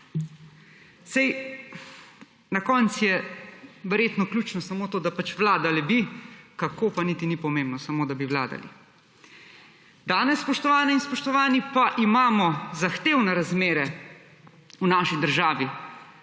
Saj na koncu je verjetno ključno samo to, da pač vladali bi, kako pa niti ni pomembno, samo da bi vladali. Danes, spoštovane in spoštovani, pa imamo zahtevne razmere v naši državi.